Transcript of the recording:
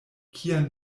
kian